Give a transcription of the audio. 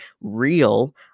real